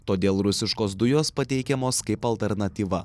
todėl rusiškos dujos pateikiamos kaip alternatyva